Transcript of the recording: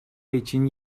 için